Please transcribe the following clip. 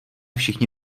všichni